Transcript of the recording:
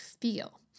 feel